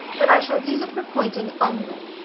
but i shall use it for pointing only.